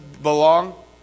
Belong